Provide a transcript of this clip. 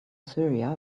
syria